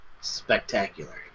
Spectacular